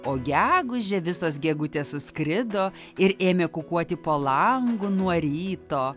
o gegužę visos gegutės suskrido ir ėmė kukuoti po langu nuo ryto